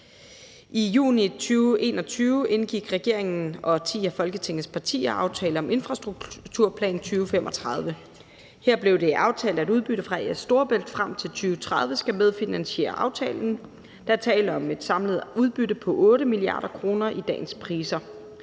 I juni 2021 indgik regeringen og ti af Folketingets partier »Aftale om Infrastrukturplan 2035«. Her blev det aftalt, at udbytte fra A/S Storebælt frem til 2035 skal medfinansiere aftalen. Der er tale om et samlet udbytte på 8 mia. kr. i dagens priser.